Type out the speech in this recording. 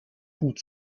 hut